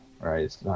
right